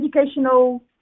educational